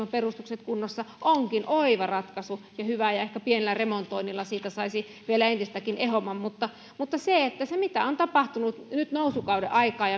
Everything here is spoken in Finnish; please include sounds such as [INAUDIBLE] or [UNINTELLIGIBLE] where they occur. [UNINTELLIGIBLE] on perustukset kunnossa onkin oiva ja hyvä ratkaisu ja josta ehkä pienellä remontoinnilla saisi vielä entistäkin ehomman mutta mutta se mitä on tapahtunut nyt nousukauden aikaan [UNINTELLIGIBLE]